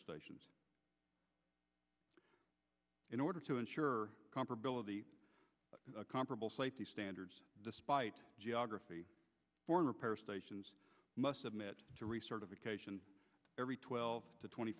stations in order to ensure comparability comparable safety standards despite geography foreign repair stations must submit to recertify every twelve to twenty